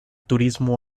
turismo